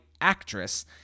actress